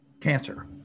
cancer